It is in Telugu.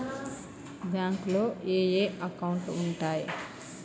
బ్యాంకులో ఏయే అకౌంట్లు ఉంటయ్?